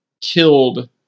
killed